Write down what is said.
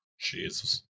Jesus